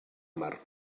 mar